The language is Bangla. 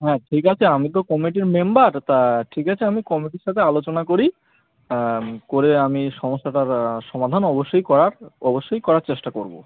হ্যাঁ ঠিক আছে আমি তো কমিটির মেম্বার তা ঠিক আছে আমি কমিটির সাথে আলোচনা করি করে আমি সমস্তটার সমাধান অবশ্যই করার অবশ্যই করার চেষ্টা করব